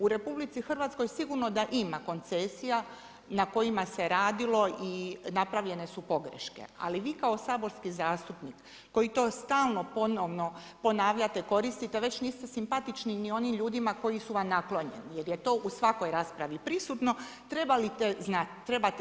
U RH sigurno da ima koncesija na kojima se radilo i napravljene su pogreške, ali vi kao saborski zastupnik, koji to stalno ponovno ponavljate, koristite već niste simpatični ni onim ljudima koji su vam naklonjeni jer je to u svakoj raspravi prisutno, trebate znati.